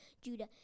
Judah